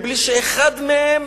אם אחד מהם